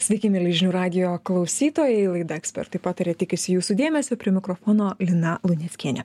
sveiki mieli žinių radijo klausytojai laida ekspertai pataria tikisi jūsų dėmesio prie mikrofono lina luneckienė